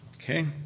Okay